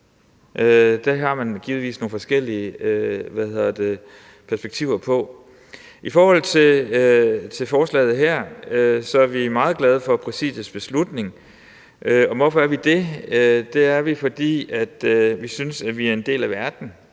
Det har man givetvis nogle forskellige perspektiver på. I forhold til forslaget her er vi meget glade for Præsidiets beslutning, og hvorfor er vi det? Det er vi, fordi vi synes, at vi er en del af verden,